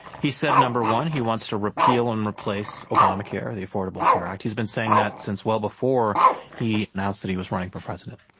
he said, number one, he wants to repeal and replace obamacare, the affordable care act, he's been saying that since well before he announced that he was running for president.